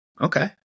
Okay